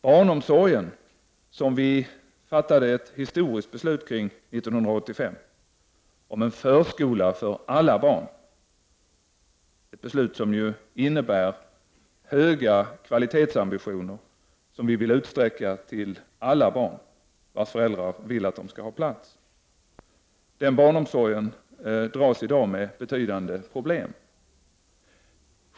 Barnomsorgen — som vi fattade ett historiskt beslut om 1985 innebärande en förskola för alla barn, vilket var ett beslut med höga kvalitetsambitioner som vi vill utsträcka till alla barn vars föräldrar vill att de skall få barnomsorgsplats — dras i dag med betydande problem.